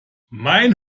mein